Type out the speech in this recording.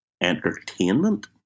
entertainment